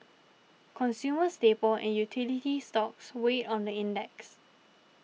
consumer staple and utility stocks weighed on the index